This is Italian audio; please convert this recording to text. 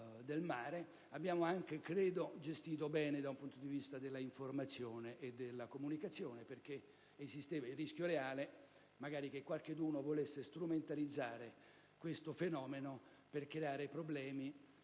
bene - la situazione dal punto di vista della informazione e della comunicazione, perché esisteva il rischio reale che qualcuno volesse strumentalizzare questo fenomeno per creare problemi